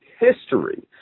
history